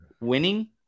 winning